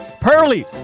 Pearly